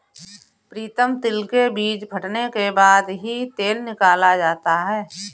प्रीतम तिल के बीज फटने के बाद ही तेल निकाला जाता है